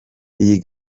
iyi